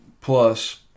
plus